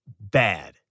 bad